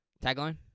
Tagline